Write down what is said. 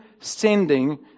sending